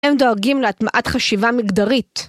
הם דואגים להטמעת חשיבה מגדרית.